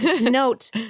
Note